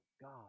God